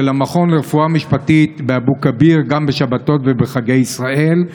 המכון לרפואה משפטית באבו כביר גם לשבתות ולחגי ישראל,